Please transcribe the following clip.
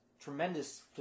tremendous